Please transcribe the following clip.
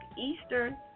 Eastern